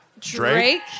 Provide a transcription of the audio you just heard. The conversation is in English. Drake